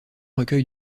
recueil